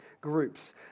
groups